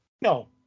No